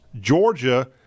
Georgia –